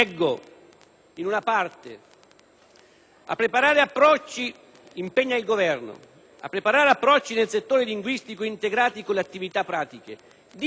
si legge l'impegno per il Governo a preparare approcci nel settore linguistico integrati con le attività pratiche, differenziando